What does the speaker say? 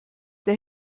der